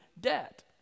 debt